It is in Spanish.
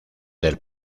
del